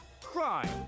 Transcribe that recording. crime